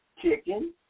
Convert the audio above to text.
chicken